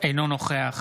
אינו נוכח